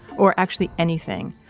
or actually anything.